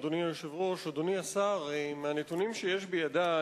אדוני היושב-ראש, אדוני השר, הנתונים שיש בידי